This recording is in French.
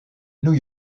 new